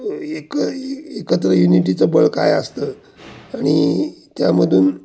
एक एकत्र युनिटीचं बळ काय असतं आणि त्यामधून